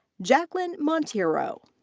jacqlyn monteiro.